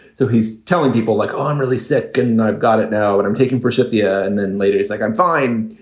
so he's telling people like, um i'm really sick and i've got it now and i'm taking forsythia. and then later, it's like i'm fine.